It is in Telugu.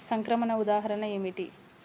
సంక్రమణ ఉదాహరణ ఏమిటి?